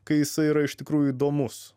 kai jisai yra iš tikrųjų įdomus